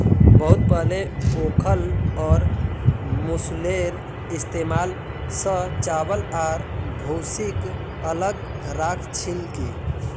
बहुत पहले ओखल और मूसलेर इस्तमाल स चावल आर भूसीक अलग राख छिल की